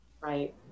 right